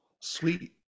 Sweet